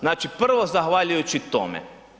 Znači prvo zahvaljujući tome.